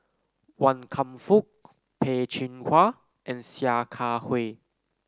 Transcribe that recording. Wan Kam Fook Peh Chin Hua and Sia Kah Hui